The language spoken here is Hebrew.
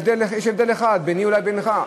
שיש אולי הבדל אחד ביני לבינך,